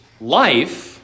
life